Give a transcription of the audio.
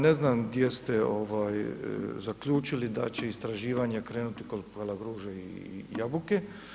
Ne znam gdje ste zaključili da će istraživanje krenuti kod Palagruže i Jabuke?